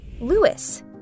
Lewis